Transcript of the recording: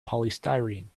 polystyrene